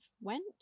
went